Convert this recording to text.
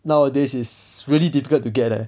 nowadays is really difficult to get eh